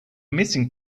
missing